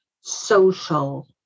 social